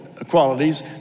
Qualities